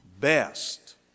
best